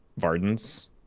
Vardens